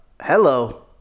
hello